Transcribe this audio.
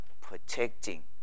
protecting